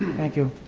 thank you.